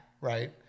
Right